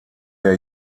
der